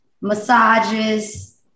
Massages